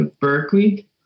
Berkeley